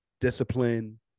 discipline